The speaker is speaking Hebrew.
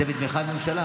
אדוני היושב-ראש,